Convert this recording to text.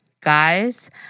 Guys